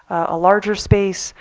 a larger space,